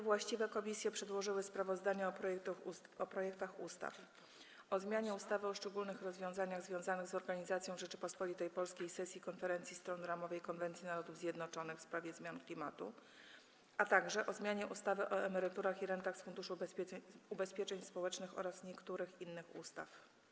Właściwe komisje przedłożyły sprawozdania o projektach ustaw: - o zmianie ustawy o szczególnych rozwiązaniach związanych z organizacją w Rzeczypospolitej Polskiej sesji Konferencji Stron Ramowej konwencji Narodów Zjednoczonych w sprawie zmian klimatu, - o zmianie ustawy o emeryturach i rentach z Funduszu Ubezpieczeń Społecznych oraz niektórych innych ustaw.